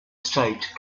state